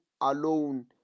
alone